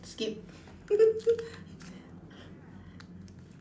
skip